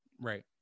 right